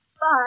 Bye